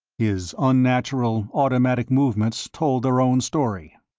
his unnatural, automatic movements told their own story.